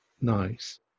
nice